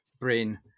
brain